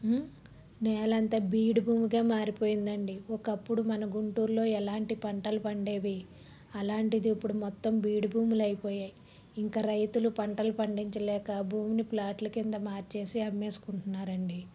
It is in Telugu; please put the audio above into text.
నేలంతా బీడుభూమిగా మారిపోయిందండి ఒకప్పుడు మన గుంటూరులో ఎలాంటి పంటలు పండేవి అలాంటిది ఇప్పుడు మొత్తం బీడుభూములైపోయాయి ఇంకా రైతులు పంటలు పండించలేక భూమిని ప్లాట్లు కింద మార్చేసి అమ్మేసుకుంటున్నారండి